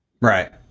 Right